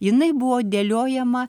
jinai buvo dėliojama